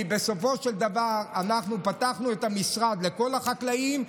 כי בסופו של דבר אנחנו פתחנו את המשרד לכל החקלאים,